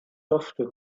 often